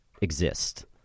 exist